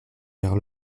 vers